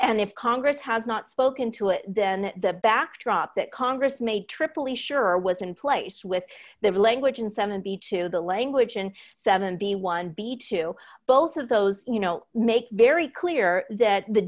and if congress had not spoken to it then the backdrop that congress may tripoli sure was in place with their language in seventy two the language and seven b one b two both of those you know make very clear that the